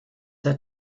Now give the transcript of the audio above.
der